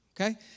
Okay